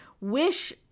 wish